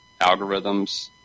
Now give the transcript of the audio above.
algorithms